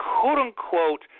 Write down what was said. quote-unquote